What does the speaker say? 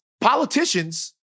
Politicians